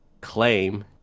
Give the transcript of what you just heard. claim